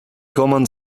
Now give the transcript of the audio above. command